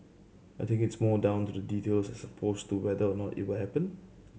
I think it's more down to the details as opposed to whether or not it will happen